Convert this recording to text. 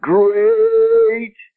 Great